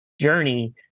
journey